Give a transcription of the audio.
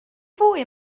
fwy